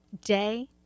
day